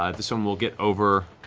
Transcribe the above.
ah this one will get over